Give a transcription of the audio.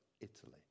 Italy